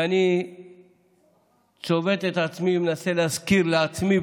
ואני צובט את עצמי ומנסה להזכיר לעצמי,